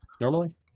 Normally